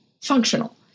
functional